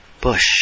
Bush